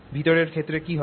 ভিতরের ক্ষেত্রে কী হবে